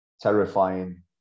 terrifying